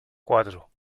cuatro